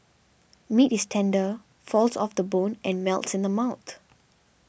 meat is tender falls off the bone and melts in the mouth